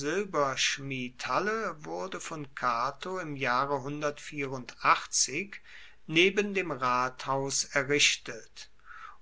silberschmiedhalle wurde von cato im jahre neben dem rathaus errichtet